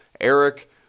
Eric